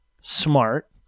smart